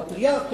או הפטריארך,